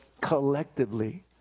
collectively